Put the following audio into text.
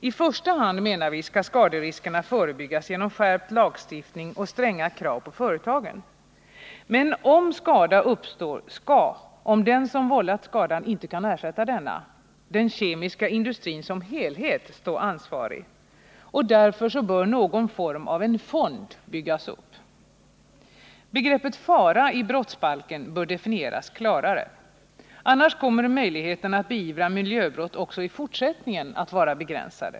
I första hand skall skaderisker förebyggas genom skärpt lagstiftning och stränga krav på företagen. Men om skada uppstår skall —- om den som vållat skadan inte kan ersätta denna — den kemiska industrin som helhet stå ansvarig. Därför bör någon form av fond byggas upp. Begreppet fara i brottsbalken bör definieras klarare. Annars kommer möjligheten att beivra miljöbrott också i fortsättningen att vara begränsad.